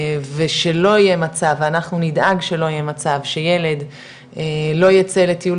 ושלא יהיה מצב אנחנו נדאג שלא יהיה מצב שילד לא ייצא לטיול